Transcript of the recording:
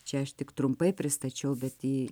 čia aš tik trumpai pristačiau bet į